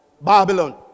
Babylon